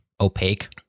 opaque